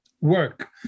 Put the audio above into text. work